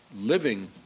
living